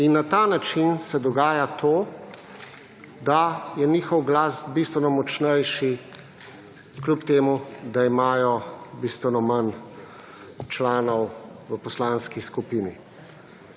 in na ta način se dogaja to, da je njihov glas bistveno močnejši kljub temu, da imajo bistveno manj članov v poslanski skupini.